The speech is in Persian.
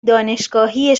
دانشگاهی